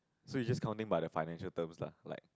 so you just counting by the financial terms lah like